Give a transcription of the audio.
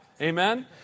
Amen